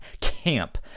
camp